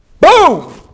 Boom